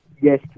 yes